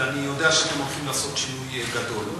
ואני יודע שאתם הולכים לעשות שינוי גדול,